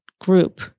group